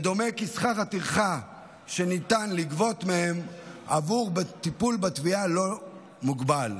ודומה כי שכר הטרחה שניתן לגבות מהם עבור טיפול בתביעה לא מוגבל.